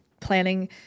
planning